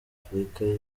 afurika